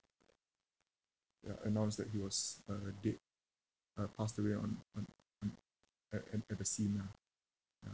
ya announced that he was uh dead uh passed away on on on at at at the scene ah ya